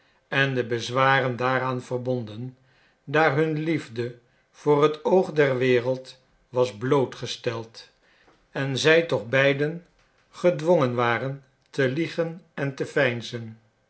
en de bezwaren daaraan verbonden daar hun liefde voor het oog der wereld was blootgesteld en zij toch beiden godwongen waren te liegen en te veinzen